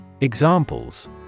Examples